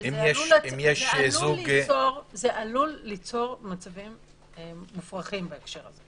זה עלול ליצור מצבים מופרכים בהקשר הזה.